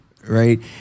right